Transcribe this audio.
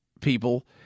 people